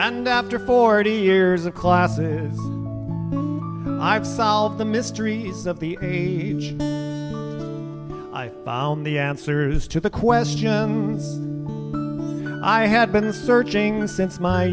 and after forty years of classes i've solved the mystery of the i found the answers to the question i had been a searching since my